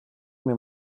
mir